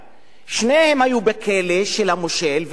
שניהם היו בכלא של המושל והשליט,